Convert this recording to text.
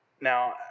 Now